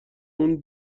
اون